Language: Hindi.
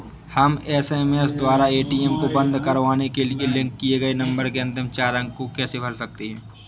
हम एस.एम.एस द्वारा ए.टी.एम को बंद करवाने के लिए लिंक किए गए नंबर के अंतिम चार अंक को कैसे भर सकते हैं?